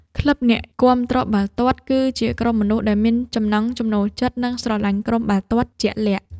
ក្លឹបអ្នកគាំទ្របាល់ទាត់ គឺជាក្រុមមនុស្សដែលមានចំណង់ចំណូលចិត្ត និងស្រលាញ់ក្រុមបាល់ទាត់ជាក់លាក់។